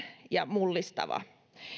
ja mullistava